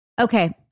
Okay